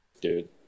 Dude